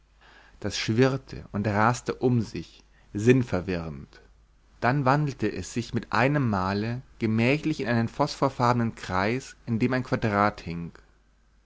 das schwirrte und raste um sich sinnverwirrend dann wandelte es sich mit einem male gemächlich in einen phosphorfarbenen kreis in dem ein quadrat hing